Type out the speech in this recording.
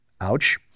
Ouch